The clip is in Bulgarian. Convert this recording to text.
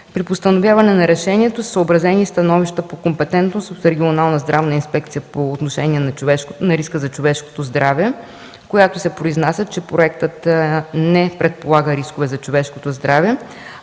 При постановяване на решението са съобразени становища по компетентност от Регионалната здравна инспекция по отношение на риска за човешкото здраве, която се произнася, че проектът не предполага рискове за човешкото здраве,